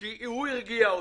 שר הבריאות הנוכחי.